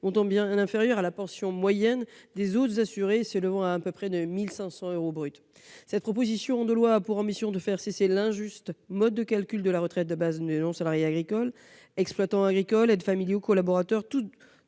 montant bien inférieur à la pension moyenne des autres assurés, qui s'élève à 1 500 euros brut environ. Cette proposition de loi a pour ambition de faire cesser l'injuste mode de calcul de la retraite de base des non-salariés agricoles. Exploitants agricoles, aides familiaux, collaborateurs,